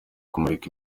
kumurika